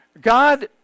God